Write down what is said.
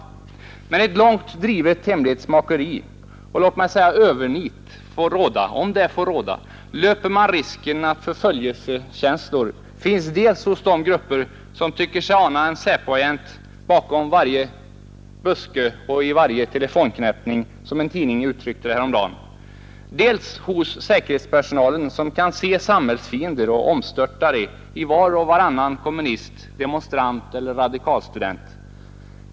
Om ett långt drivet hemlighetsmakeri — och låt mig säga övernit — får råda löper man risken att skapa förföljelsekänslor, dels hos de grupper som tycker sig ana en SÄPO-agent bakom varje buske och varje telefonknäppning, som en tidning uttryckte det häromdagen, dels hos säkerhetspolisen, som kan se samhällsfiender och omstörtare i var och varannan kommunist, demonstrant eller radikal student.